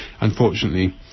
unfortunately